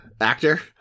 actor